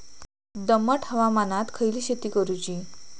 दमट हवामानात खयली शेती करूची?